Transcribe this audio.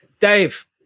Dave